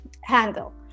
handle